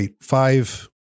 five